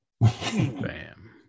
Bam